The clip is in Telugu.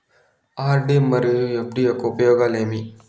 ఆర్.డి మరియు ఎఫ్.డి యొక్క ఉపయోగాలు ఏమి?